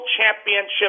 championship